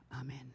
amen